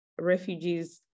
refugees